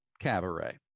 Cabaret